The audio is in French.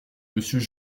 monsieur